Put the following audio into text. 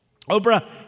Oprah